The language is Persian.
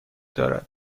دارد